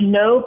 no